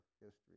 history